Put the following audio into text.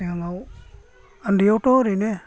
सिगांआव उन्दैआवथ' ओरैनो